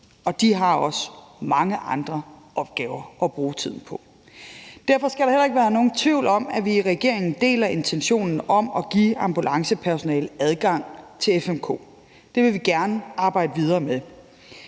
De har også mange andre opgaver at bruge tiden på. Derfor skal der heller ikke være nogen tvivl om, at vi i regeringen deler intentionen om at give ambulancepersonalet adgang til FMK. Det vil vi gerne arbejde videre med.